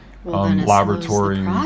Laboratory